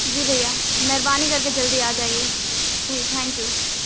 جی بھیا مہربانی کر کے جلدی آ جائیے جی تھینک یو